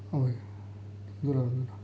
ہاں بھائی الحمد للہ الحمد للہ